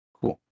Cool